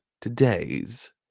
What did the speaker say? today's